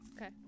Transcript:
Okay